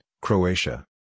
Croatia